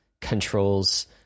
controls